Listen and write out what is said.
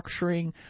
structuring